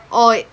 oh